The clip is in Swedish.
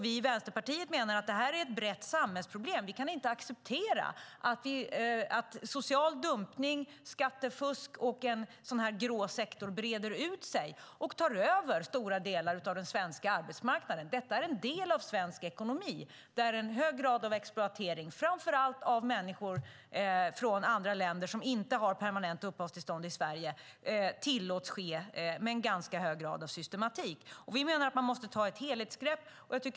Vi i Vänsterpartiet menar att det är ett brett samhällsproblem. Vi kan inte acceptera att social dumpning, skattefusk och en grå sektor breder ut sig och tar över stora delar av den svenska arbetsmarknaden. Detta är en del av svensk ekonomi där exploatering framför allt av människor från andra länder som inte har permanent uppehållstillstånd tillåts ske med en ganska hög grad av systematik. Vi menar att man måste ta ett helhetsgrepp.